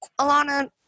Alana